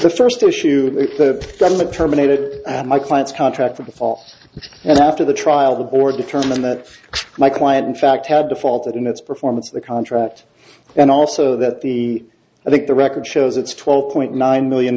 the first issue the stomach terminated my client's contract for the fall and after the trial the board determined that my client in fact had defaulted in its performance of the contract and also that the i think the record shows it's twelve point nine million